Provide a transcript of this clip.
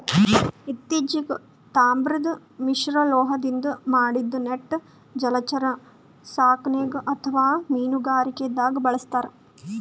ಇತ್ತಿಚೀಗ್ ತಾಮ್ರದ್ ಮಿಶ್ರಲೋಹದಿಂದ್ ಮಾಡಿದ್ದ್ ನೆಟ್ ಜಲಚರ ಸಾಕಣೆಗ್ ಅಥವಾ ಮೀನುಗಾರಿಕೆದಾಗ್ ಬಳಸ್ತಾರ್